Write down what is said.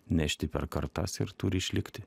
nešti per kartas ir turi išlikti